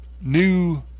new